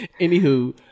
Anywho